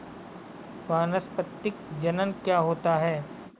वानस्पतिक जनन क्या होता है?